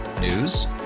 News